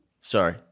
Sorry